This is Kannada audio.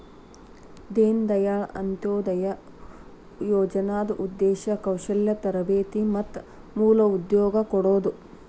ದೇನ ದಾಯಾಳ್ ಅಂತ್ಯೊದಯ ಯೋಜನಾದ್ ಉದ್ದೇಶ ಕೌಶಲ್ಯ ತರಬೇತಿ ಮತ್ತ ಮೂಲ ಉದ್ಯೋಗ ಕೊಡೋದು